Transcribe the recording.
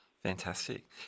Fantastic